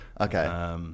Okay